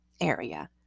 area